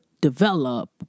develop